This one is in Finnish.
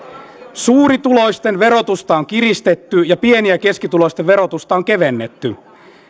suurituloisten verotusta on kiristetty ja pieni ja ja keskituloisten verotusta on kevennetty